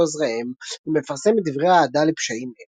ועוזריהם או מפרסם דברי אהדה לפשעים אלה.